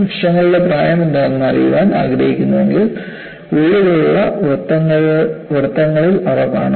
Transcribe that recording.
വൃക്ഷങ്ങളുടെ പ്രായമെന്തെന്ന് അറിയാൻ ആഗ്രഹിക്കുന്നുവെങ്കിൽ ഉള്ളിലുള്ള വൃത്തങ്ങളിൽ അവ കാണും